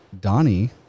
Donnie